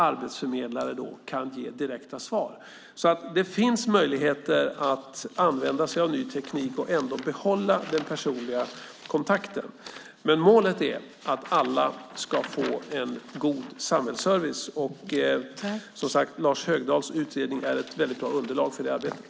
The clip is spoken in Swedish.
Arbetsförmedlarna kan då ge direkta svar. Det finns alltså möjligheter att använda sig av ny teknik och ändå behålla den personliga kontakten. Målet är dock att alla ska få en god samhällsservice, och Lars Högdahls utredning är som sagt ett väldigt bra underlag för det arbetet.